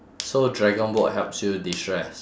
so dragon boat helps you de-stress